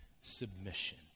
Submission